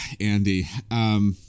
Andy